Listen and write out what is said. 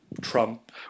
Trump